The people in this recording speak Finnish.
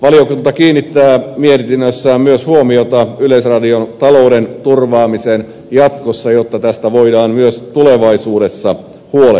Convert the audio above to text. valiokunta kiinnittää mietinnössään myös huomiota yleisradion talouden turvaamiseen jatkossa jotta tästä voidaan myös tulevaisuudessa huolehtia